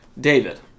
david